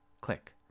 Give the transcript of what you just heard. click